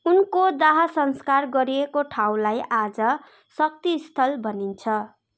उनको दाहसंस्कार गरिएको ठाउँलाई आज शक्तिस्थल भनिन्छ